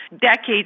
decades